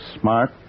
smart